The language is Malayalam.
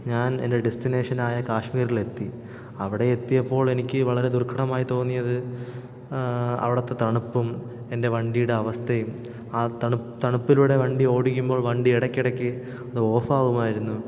ഞാൻ എൻ്റെ ഡെസ്റ്റിനേഷനായ കാശ്മീരിൽ എത്തി അവിടെ എത്തിയപ്പോൾ എനിക്ക് വളരെ ദുർഘടമായി തോന്നിയത് അവിടുത്തെ തണുപ്പും എൻ്റെ വണ്ടിയുടെ അവസ്ഥയും ആ തണു തണുപ്പിലൂടെ വണ്ടി ഓടിക്കുമ്പോൾ വണ്ടി ഇടക്കിടക്ക് അത് ഓഫാകുമായിരുന്നു